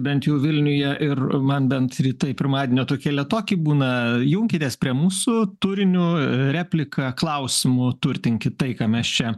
bent jau vilniuje ir man bent rytai pirmadienio tokie lėtoki būna junkitės prie mūsų turiniu replika klausimu turtinkit tai ką mes čia